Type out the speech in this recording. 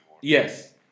Yes